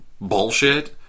bullshit